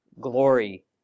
glory